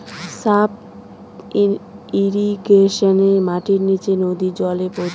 sub ইর্রিগেশনে মাটির নীচে নদী জল পৌঁছানো হয়